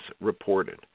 reported